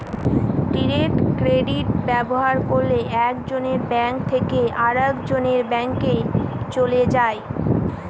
direct credit ব্যবহার করলে এক জনের ব্যাঙ্ক থেকে আরেকজনের ব্যাঙ্কে চলে যায়